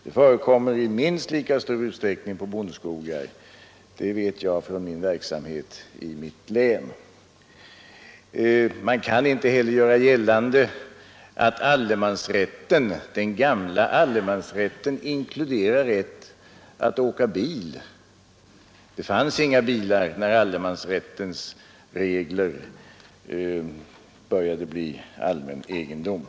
Det förekommer i minst lika stor utsträckning på bondskogar. Det vet jag från min verksamhet i mitt hemlän. Man kan inte heller göra gällande att den gamla allemansrätten inkluderar rätt att åka bil. Det fanns inga bilar, när allemansrättens regler började bli allmän egendom.